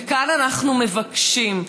וכאן אנחנו מבקשים,